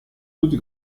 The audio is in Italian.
tutti